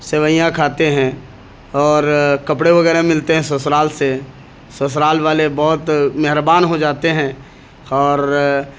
سیوئیاں کھاتے ہیں اور کپڑے وغیرہ ملتے ہیں سسرال سے سسرال والے بہت مہربان ہو جاتے ہیں اور